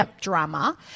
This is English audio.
drama